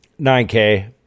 9K